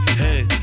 hey